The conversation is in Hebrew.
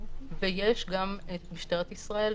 ויש גם את משטרת ישראל,